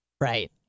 right